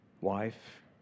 wife